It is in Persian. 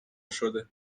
شده